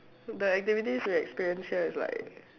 the activities we experience here is like